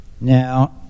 Now